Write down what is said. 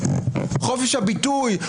חופש הביטוי,